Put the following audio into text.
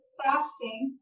fasting